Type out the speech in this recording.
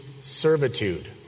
servitude